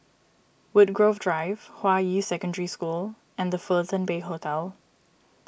Woodgrove Drive Hua Yi Secondary School and the Fullerton Bay Hotel